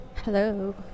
Hello